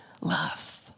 love